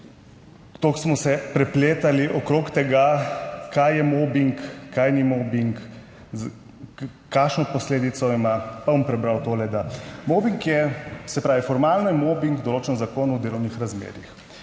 toliko smo se prepletali okrog tega, kaj je mobing, kaj ni mobing, kakšno posledico ima, pa bom prebral tole: "Da mobing je, se pravi formalno je mobing določen v Zakonu o delovnih razmerjih